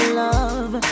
love